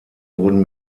wurden